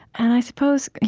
and i suppose,